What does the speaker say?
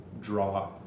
draw